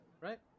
right